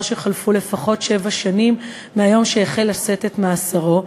שחלפו לפחות שבע שנים מהיום שהחל לשאת את מאסרו,